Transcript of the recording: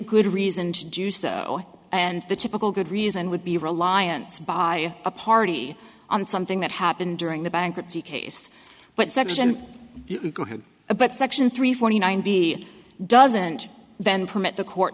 good reason to do so and the typical good reason would be reliance by a party on something that happened during the bankruptcy case but section about section three forty nine b doesn't then permit the court